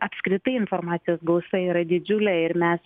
apskritai informacijos gausa yra didžiulė ir mes